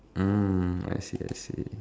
mm I see I see